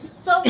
so,